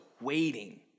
waiting